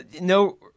No